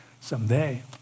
someday